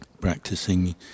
practicing